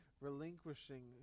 relinquishing